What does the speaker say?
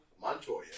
Montoya